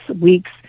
weeks